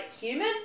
human